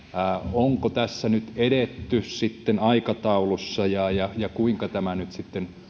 onko tässä nyt edetty aikataulussa ja ja kuinka tämä nyt sitten